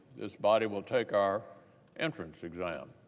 this body will take our entrance exam.